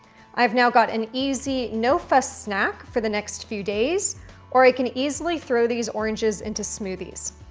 i've now got an easy no fuss snack for the next few days or i can easily throw these oranges into smoothies.